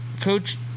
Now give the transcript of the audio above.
Coach